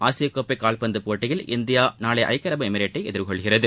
ஆசிய கோப்பை கால்பந்து போட்டியில் இந்தியா நாளை ஐக்கிய அரபு எமிரேட்டை எதிர்கொள்கிறது